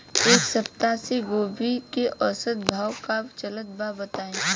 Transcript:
एक सप्ताह से गोभी के औसत भाव का चलत बा बताई?